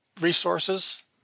resources